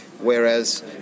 Whereas